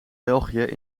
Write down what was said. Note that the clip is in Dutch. belgië